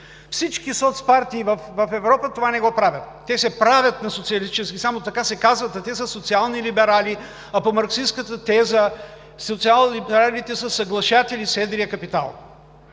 партии в Европа това не го правят. Те се правят на социалистически, само така се казват, а те са социални либерали, а по марксистката теза социаллибералите са съглашатели с едрия капитал.